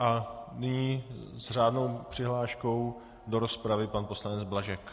A nyní s řádnou přihláškou do rozpravy pan poslanec Blažek.